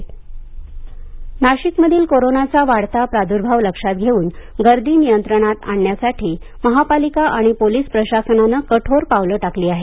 बाजार प्रवेशासाठी शूल्क नाशिकमधील कोरोनाचा वाढता प्राद्भाव लक्षात घेऊन गर्दी नियंत्रणात आणण्यासाठी महापालिका आणि पोलीस प्रशासनानं कठोर पावलं टाकली आहेत